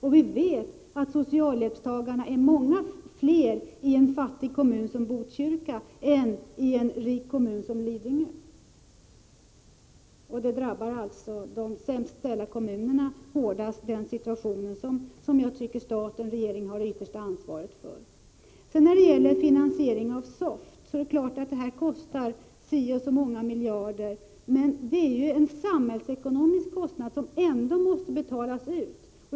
Vi vet dessutom att socialhjälpstagarna är många fler i en fattig kommun som Botkyrka än i en rik kommun som Lidingö. De sämst ställda kommunerna drabbas alltså hårdast av den situation som jag tycker att staten och regeringen har det yttersta ansvaret för. Finansieringen av SOFT kostar förstås ett antal miljarder kronor. Men det är en samhällsekonomisk kostnad som ändå måste betalas ut.